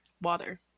Water